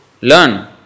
learn